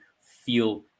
feel